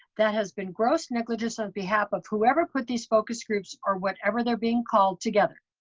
that has been gross negligence of behalf of whoever put these focus groups or whatever they're being called together.